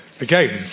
Again